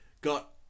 got